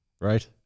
Right